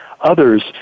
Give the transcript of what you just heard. others